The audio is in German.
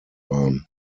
waren